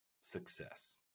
success